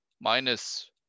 minus